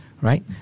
right